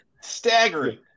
Staggering